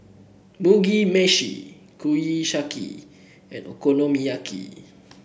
Mugi Meshi Kushiyaki and Okonomiyaki